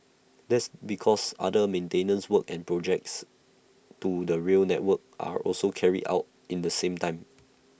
that's because other maintenance work and projects to the rail network are also carried out in the same time